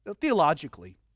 Theologically